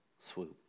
swoop